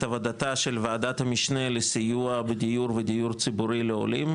את ועדתה של וועדת המשנה לסיוע בדיור ודיור ציבורי לעולים,